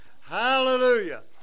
Hallelujah